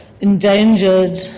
endangered